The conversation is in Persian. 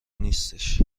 نیستش